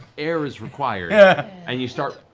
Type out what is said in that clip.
air is required, yeah and you start